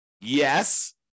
Yes